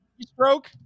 stroke